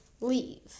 leave